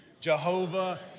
Jehovah